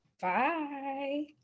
Bye